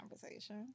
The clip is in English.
conversation